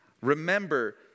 Remember